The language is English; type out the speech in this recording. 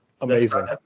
Amazing